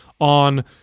on